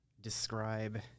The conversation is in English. describe